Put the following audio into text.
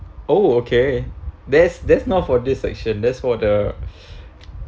oh okay that's that's not for this section that's for the